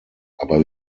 aber